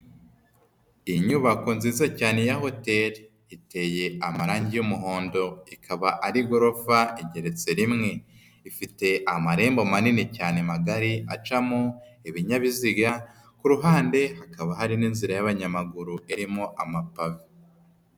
Inyubako nziza cyane ya hoteli, iteye amarangi y'umuhondo ikaba ari igorofa igeretse rimwe, ifite amarembo manini cyane magari acamo ibinyabiziga, ku ruhande hakaba hari n'inzira y'abanyamaguru irimo amapave.